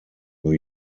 new